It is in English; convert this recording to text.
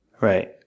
Right